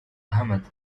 ahmed